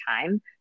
time